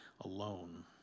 alone